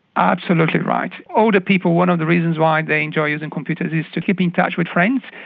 absolutely right. older people one of the reasons why they enjoy using computers is to keep in touch with friends,